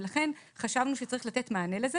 ולכן חשבנו שצריך לתת מענה לזה,